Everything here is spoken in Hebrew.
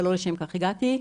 אבל לא לשם כך הגעתי,